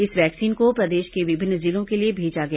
इस वैक्सीन को प्रदेश के विभिन्न जिलों के लिए भेजा गया